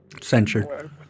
censured